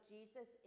Jesus